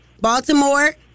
Baltimore